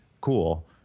Cool